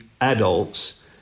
adults